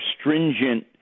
stringent